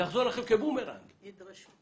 ידרשו